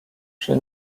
przy